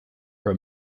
her